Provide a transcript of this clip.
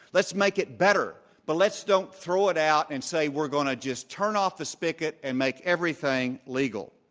let's make it better. but let's don't throw it out and say we're going to just turn off the spigot and make everything legal.